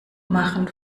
machen